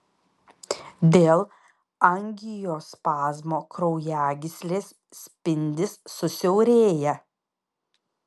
dėl angiospazmo kraujagyslės spindis susiaurėja